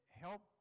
help